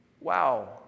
wow